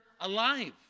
alive